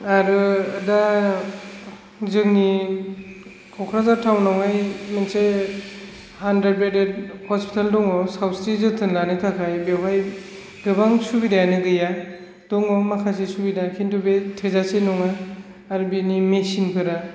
आरो दा जोंनि कक्राझार टाउन आवहाय मोनसे आन्दार ग्रेदेद हस्पिथाल दङ सावस्रि जोथोन लानो थाखाय बेवहाय गोबां सुबिदायानो गैया दङ माखासे सुबिदा किन्तु बे थोजासे नङा आरो बेनि मेसिन फोरा